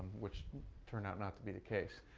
which turned out not to be the case.